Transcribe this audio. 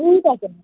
ठीकु आहे भेण